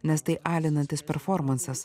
nes tai alinantis performansas